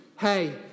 hey